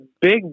big